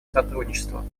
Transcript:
сотрудничества